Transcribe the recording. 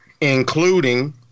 including